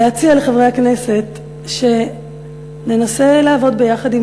להציע לחברי הכנסת שננסה לעבוד ביחד עם